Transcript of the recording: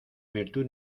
virtud